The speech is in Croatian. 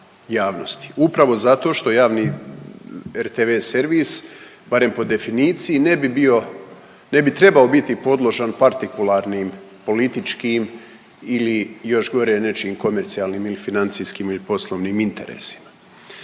Upravo zato što javni rtv servis, barem po definiciji ne bi bio, ne bi trebao biti podložan partikularnim, političkim ili još gore nečim komercijalnim ili financijskim poslovnim interesima.